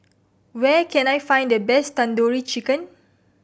where can I find the best Tandoori Chicken